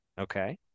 Okay